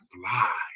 fly